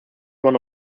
one